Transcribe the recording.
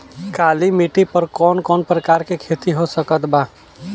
काली मिट्टी पर कौन कौन प्रकार के खेती हो सकत बा?